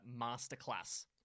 Masterclass